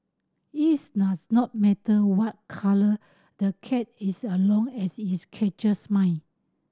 it's does not matter what colour the cat is as long as it catches mice